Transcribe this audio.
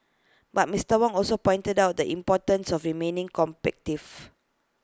but Mister Wong also pointed out the importance of remaining